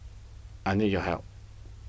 I need your help